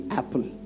apple